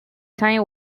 time